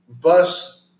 Bus